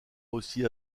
aussi